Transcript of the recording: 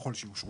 ככל שיאושר